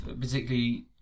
particularly